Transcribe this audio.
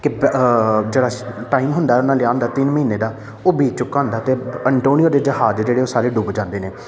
ਕਿਦ ਜਿਹੜਾ ਟਾਈਮ ਹੁੰਦਾ ਉਹਨਾਂ ਲਿਆਉਣ ਦਾ ਤਿੰਨ ਮਹੀਨੇ ਦਾ ਉਹ ਬੀਤ ਚੁੱਕਾ ਹੁੰਦਾ ਅਤੇ ਅੰਟੋਨੂਓ ਦੇ ਜਹਾਜ਼ ਜਿਹੜੇ ਉਹ ਸਾਰੇ ਡੁੱਬ ਜਾਂਦੇ ਨੇ